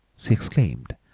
she exclaimed,